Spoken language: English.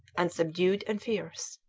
unsubdued and fierce.